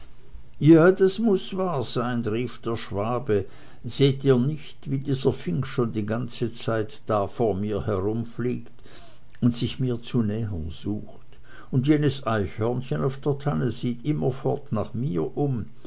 ja das muß wahr sein rief der schwabe seht ihr nicht wie dieser fink schon die ganze zeit da vor mir herumfliegt und sich mir zu nähern sucht und jenes eichhörnchen auf der tanne sieht sich immerfort nach mir um